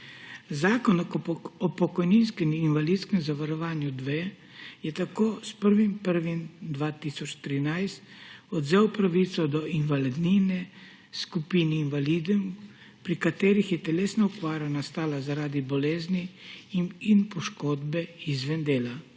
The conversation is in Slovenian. Zakon o pokojninskem in invalidskem zavarovanju 2 je tako s 1. 1. 2013 odvzel pravico do invalidnine skupini invalidov, pri katerih je telesna okvara nastala zaradi bolezni in poškodbe izven dela.